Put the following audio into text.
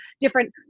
different